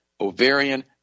ovarian